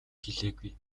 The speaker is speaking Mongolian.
хэлээгүй